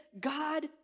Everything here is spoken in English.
God